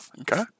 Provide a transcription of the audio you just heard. okay